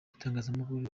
itangazamakuru